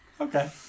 Okay